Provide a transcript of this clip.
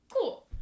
Cool